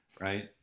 right